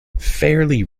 fairly